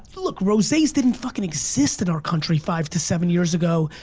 look roses didn't fucking exist in our country five to seven years ago.